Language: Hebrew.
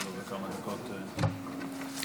בבקשה.